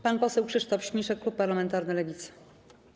Pan poseł Krzysztof Śmiszek, klub parlamentarny Lewica.